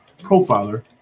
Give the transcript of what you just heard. profiler